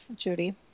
Judy